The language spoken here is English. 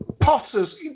Potters